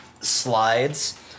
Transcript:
slides